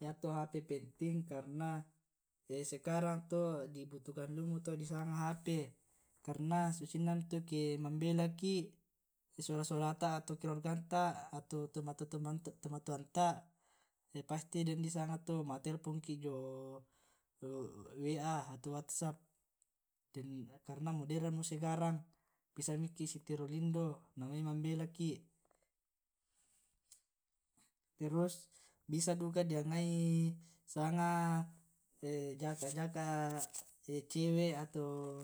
Iyatu hp penting karena sekarang to dibutuhkan liumo to di sanga hp karna susinna mito eke mambelaki sola solata atau keluarganta atau tomatua tomatuanta pasti den tondisanga to ma' telpoki jio wa atau whatsap karna modern mo sekarang bisamiki si tiro lindo namoi mambela ki. terus bisa duka dingai sanga jaka' jaka' cewe' atau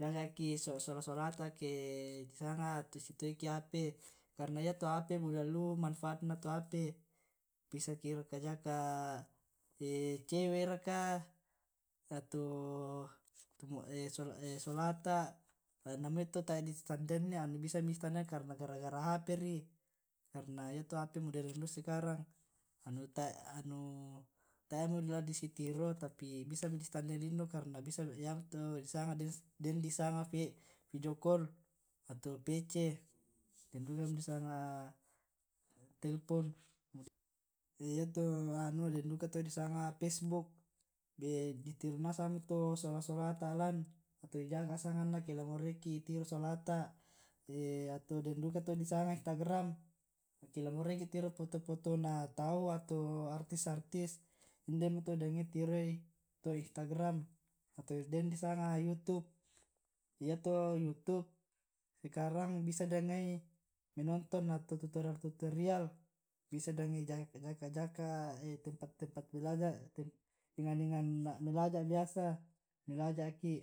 jaka' jaka'ki sola solata kee disanga sitoiki' hp karna yato hp buda liu manfaatna tu hp. bisaki jaka' jaka' cewe' raka atooo sola solata' anu namoi tau tae di sitandanni bisa miki sitandaian karna anu gara gara hp ri karna yato hp modern liumo sekarang, muii anu taemo la disitiro tapi bisa miki sitandai lindo karna yamo to' den disanga video col atau vc den duka mo disanga telpon yato anuuu den duka disanga facebok ditiro nasang mito sola solata lan ato dijaka sanganna ake la moraiki tiro solata ato den duka to disanga istagram ke la moraiki tiro foto fotona tau ato artis artis inde'mi to dingai tiroii to istagram den disanga youtube yato youtube sekarang bisa dingai menonton atau tutorial tutorial bisa dingai jaka' jaka' tempat belaja' enan enan belaja' biasa belaja'ki